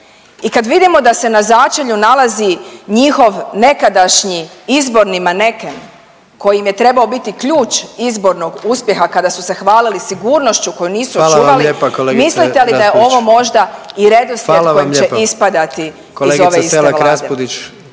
i kad vidimo da se na začelju nalazi njihov nekadašnji izborni maneken koji im je trebao biti ključ izbornog uspjeha kada su se hvalili sigurnošću koju nisu čuvali Upadica: Hvala vam lijepa kolegice Raspudić./... mislite